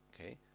okay